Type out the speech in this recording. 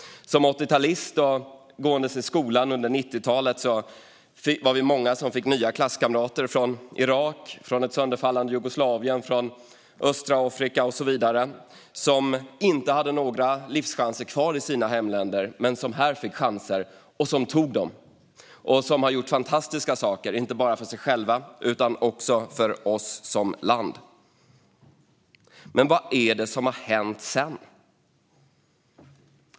Som 80-talist gick jag i skolan på 90-talet, och vi var många som fick nya klasskamrater från Irak, från ett sönderfallande Jugoslavien, från östra Afrika och så vidare. De hade inga livschanser kvar i sina hemländer, men här fick de chanser som de tog. De har gjort fantastiska saker, inte bara för sig själva utan för oss som land. Men vad är det som har hänt sedan?